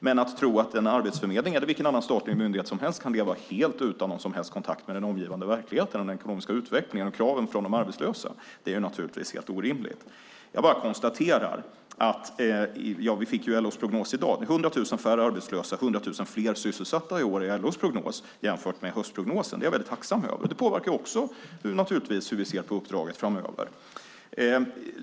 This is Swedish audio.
Men att tro att en arbetsförmedling eller vilken annan statlig myndighet som helst kan leva helt utan någon som helst kontakt med den omgivande verkligheten, den ekonomiska utvecklingen och kraven från de arbetslösa är helt orimligt. Vi fick LO:s prognos i dag som visar på 100 000 färre arbetslösa och 100 000 fler sysselsatta i år jämfört med höstprognosen. Det är jag väldigt tacksam över. Det påverkar också hur vi ser på uppdraget framöver.